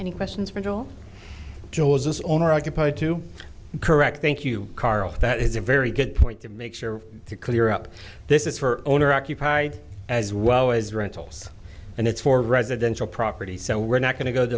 any questions for joe joe as this owner occupied to correct thank you carl that is a very good point to make sure to clear up this is for owner occupied as well as rentals and it's for residential property so we're not going to go to